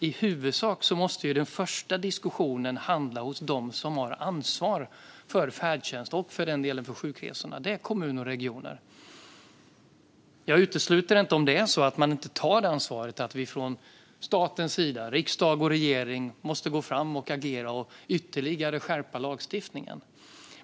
Ihuvudsak måste den första diskussionen hamna hos dem som har ansvar för färdtjänst och, för den delen, för sjukresorna. Det är kommuner och regioner. Om man inte tar det ansvaret utesluter jag inte att vi från statens sida - riksdag och regering - måste agera och ytterligare skärpa lagstiftningen.